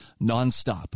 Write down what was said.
nonstop